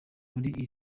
muri